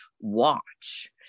watch